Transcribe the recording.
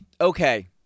okay